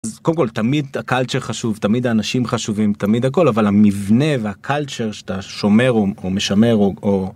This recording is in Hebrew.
אז קודם כל תמיד הקלצ'ר חשוב, תמיד אנשים חשובים, תמיד הכל, אבל המבנה והקלצ'ר שאתה שומר או משמר, או...